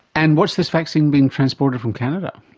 and what is this vaccine being transported from canada?